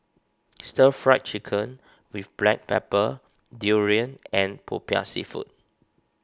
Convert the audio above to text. Stir Fried Chicken with Black Pepper Durian and Popiah Seafood